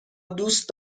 دوست